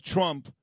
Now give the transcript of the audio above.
Trump